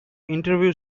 interview